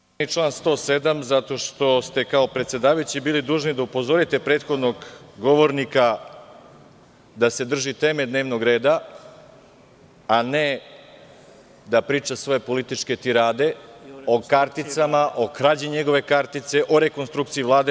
Povređen je član 107. zato što ste, kao predsedavajući, bili dužni da upozorite prethodnog govornika da se drži teme dnevnog reda, a ne da priča svoje političke tirade o karticama, o krađi njegove kartice, o rekonstrukciji Vlade.